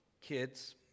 kids